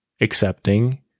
accepting